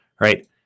Right